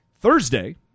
Thursday